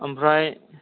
ओमफ्राय